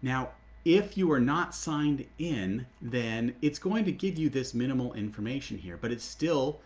now if you are not signed in then it's going to give you this minimal information here but it's still